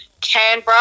Canberra